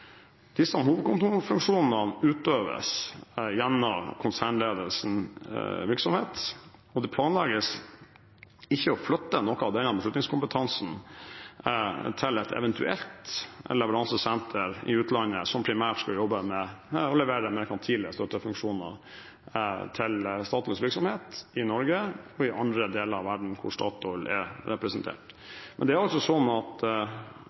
Disse hovedkontorfunksjonene utøves gjennom konsernledelsens virksomhet, og det planlegges ikke å flytte noe av denne beslutningskompetansen til et eventuelt leveransesenter i utlandet, som primært skal jobbe med å levere merkantile støttefunksjoner til Statoils virksomhet i Norge og i andre deler av verden hvor Statoil er representert. Men det er altså sånn at